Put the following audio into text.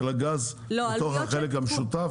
של הגז בתוך החלק המשותף?